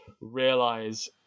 realize